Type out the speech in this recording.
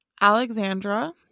Alexandra